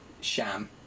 sham